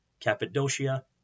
Cappadocia